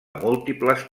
múltiples